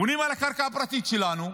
בונים על הקרקע הפרטית שלנו,